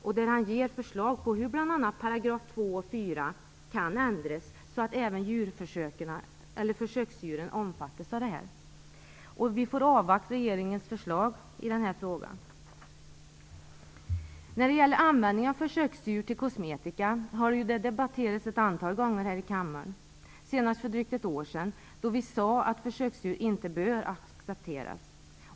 Där ger han förslag på hur bl.a. paragraferna 2 och 4 kan ändras, så att även försöksdjuren omfattas. Vi får nu avvakta regeringens förslag i frågan. Användningen av försöksdjur till kosmetika har debatterats ett antal gånger här i kammaren, senast för drygt ett år sedan, då vi sade att försöksdjur inte bör accepteras.